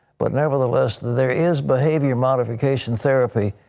but nevertheless, there is behavior modification therapy.